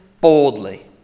boldly